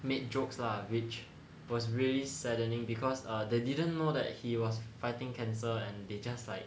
made jokes lah which was really saddening because err they didn't know that he was fighting cancer and they just like